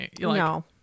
No